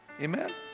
Amen